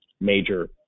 major